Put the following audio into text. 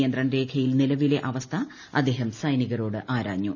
നിയന്ത്രണ രേഖയിൽ നിലവിലെ അവസ്ഥ അദ്ദേഹം സൈനികരോട് ആരാഞ്ഞു